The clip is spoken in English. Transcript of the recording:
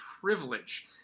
privilege